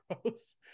gross